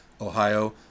Ohio